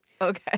okay